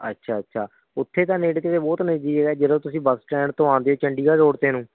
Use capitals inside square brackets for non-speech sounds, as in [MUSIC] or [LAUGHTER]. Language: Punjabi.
ਅੱਛਾ ਅੱਛਾ ਉੱਥੇ ਤਾਂ ਨੇੜੇ ਤੇੜੇ ਬਹੁਤ ਨੇ ਜੀ [UNINTELLIGIBLE] ਜਦੋਂ ਤੁਸੀਂ ਬੱਸ ਸਟੈਂਡ ਤੋਂ ਆਉਂਦੇ ਚੰਡੀਗੜ੍ਹ ਰੋਡ 'ਤੇ ਨੂੰ